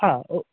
हां ओ